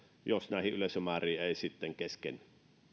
jos näihin yleisömääriin ei kesken